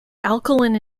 alkaline